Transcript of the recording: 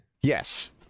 Yes